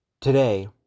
Today